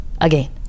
again